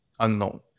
unknown